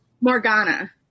Morgana